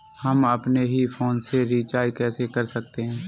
हम अपने ही फोन से रिचार्ज कैसे कर सकते हैं?